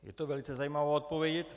Je to velice zajímavá odpověď.